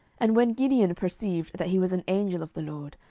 and when gideon perceived that he was an angel of the lord,